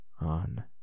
on